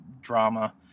drama